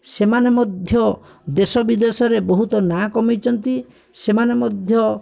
ସେମାନେ ମଧ୍ୟ ଦେଶ ବିଦେଶରେ ବହୁତ ନାଁ କମାଇଛନ୍ତି ସେମାନେ ମଧ୍ୟ